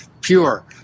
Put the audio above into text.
Pure